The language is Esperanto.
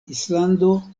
islando